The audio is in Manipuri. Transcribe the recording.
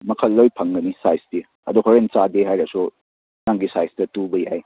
ꯃꯈꯜ ꯂꯣꯏꯅ ꯐꯪꯒꯅꯤ ꯁꯥꯏꯁꯇꯤ ꯑꯗꯣ ꯍꯣꯔꯦꯟ ꯆꯥꯗꯦ ꯍꯥꯏꯔꯁꯨ ꯅꯪꯒꯤ ꯁꯥꯏꯁꯇ ꯇꯨꯕ ꯌꯥꯏ